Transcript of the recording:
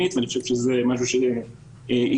אני מבקש לחתום באמירות הבאות ואקצר.